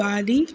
Bali